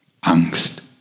Angst